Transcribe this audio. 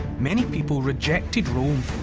many people rejected rome,